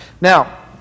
Now